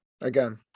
again